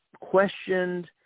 questioned